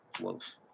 Wolf